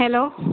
hello